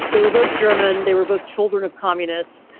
they were both german. they were both children of communists.